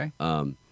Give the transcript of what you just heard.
Okay